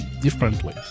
differently